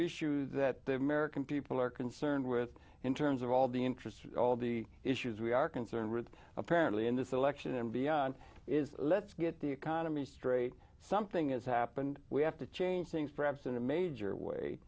issue that the american people are concerned with in terms of all the interest all the issues we are concerned with apparently in this election and beyond is let's get the economy straight something has happened we have to change things perhaps in a major way